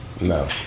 no